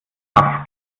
kaff